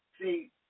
See